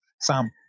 Sam